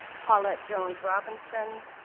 paulette jones robinson,